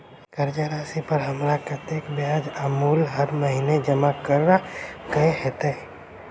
कर्जा राशि पर हमरा कत्तेक ब्याज आ मूल हर महीने जमा करऽ कऽ हेतै?